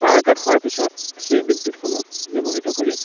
power cut হোৱাৰ পিছত সেই বিদ্যূতসমূহ ব্যবহৃত কৰি